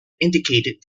indicated